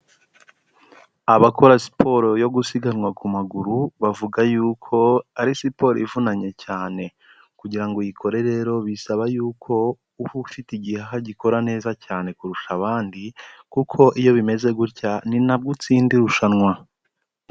Abakora siporo yo gusiganwa ku maguru, bavuga yuko ari siporo ivunanye cyane, kugira ngo uyikore rero bisaba yuko uba ufite igihaha gikora neza cyane kurusha abandi, kuko iyo bimeze gutya ni nabwo utsinda irushanwa.